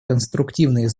конструктивные